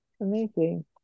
Amazing